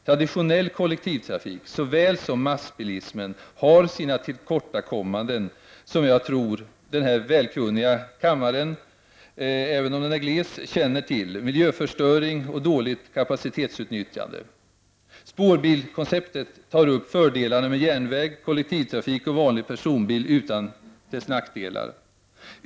Traditionell kollektivtrafik såväl som massbilism har sina tillkortakommanden, som jag tror den här kunniga kammaren — även om den är gles — känner till, nämligen miljöförstöring och dåligt kapacitetsutnyttjande. Spårbilkonceptet tar upp fördelarna med järnväg, kollektivtrafik och vanlig personbil utan dess nackdelar.